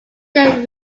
then